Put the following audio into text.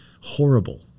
horrible